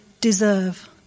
deserve